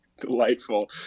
Delightful